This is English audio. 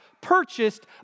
purchased